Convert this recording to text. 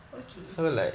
okay